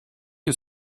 you